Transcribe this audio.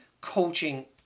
coaching